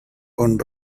con